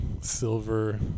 silver